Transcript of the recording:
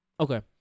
Okay